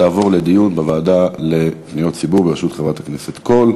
תעבור לדיון בוועדה לפניות הציבור בראשות חברת הכנסת קול.